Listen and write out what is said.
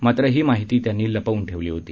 मात्र ही माहिती त्यांनी लपवून ठेवली होती